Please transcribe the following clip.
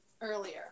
earlier